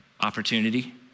opportunity